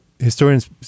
historians